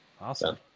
Awesome